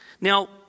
Now